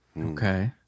Okay